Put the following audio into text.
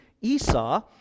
Esau